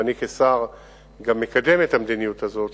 ואני כשר גם מקדם את המדיניות הזו.